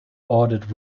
audit